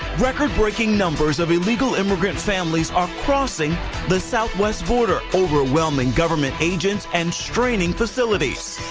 record-breaking numbers of illegal immigrant families are crossing the southwest border. overwhelming government agents and straining facilities.